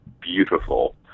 beautiful